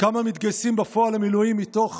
כמה מתגייסים בפועל למילואים מתוך